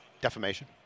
Defamation